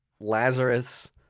Lazarus